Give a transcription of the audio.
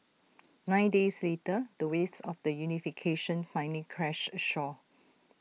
nine days later the waves of the unification finally crashed ashore